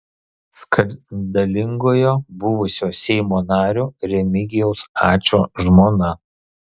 skandalingojo buvusio seimo nario remigijaus ačo žmona